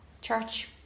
church